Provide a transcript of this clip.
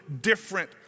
different